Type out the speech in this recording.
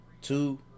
two